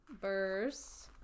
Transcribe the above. verse